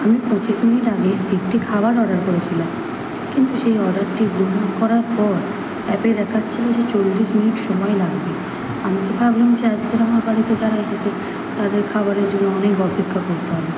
আমি পঁচিশ মিনিট আগে একটি খাবার অর্ডার করেছিলাম কিন্তু সেই অর্ডারটি গ্রহণ করার পর অ্যাপে দেখাচ্ছিল যে চল্লিশ মিনিট সময় লাগবে আমি তো ভাবলাম যে আজকে আমার বাড়িতে যারা এসেছে তাদের খাবারের জন্য অনেক অপেক্ষা করতে হবে